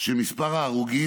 של מספר ההרוגים,